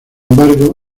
embargo